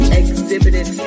exhibited